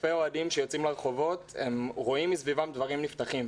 אלפי אוהדים שיוצאים לרחובות רואים מסביבם דברים נפתחים.